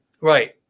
Right